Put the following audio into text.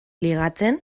ligatzen